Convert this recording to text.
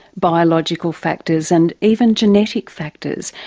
biological factors and even genetic factors.